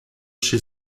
she